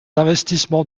investissements